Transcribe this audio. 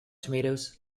tomatoes